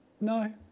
No